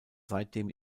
seitdem